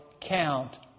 count